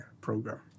program